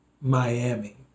Miami